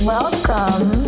Welcome